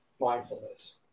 mindfulness